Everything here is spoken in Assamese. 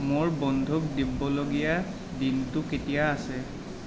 মোৰ বন্ধুক দিবলগীয়া দিনটো কেতিয়া আছে